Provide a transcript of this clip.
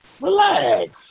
relax